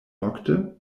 nokte